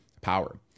power